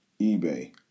eBay